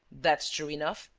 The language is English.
that's true enough,